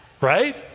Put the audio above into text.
Right